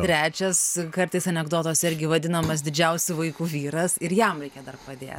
trečias kartais anekdotuose irgi vadinamas didžiausiu vaiku vyras ir jam reikia dar padėt